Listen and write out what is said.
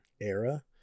Era